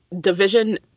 division